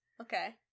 Okay